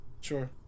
sure